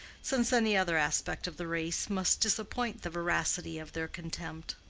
since any other aspect of the race must disappoint the voracity of their contempt.